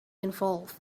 involved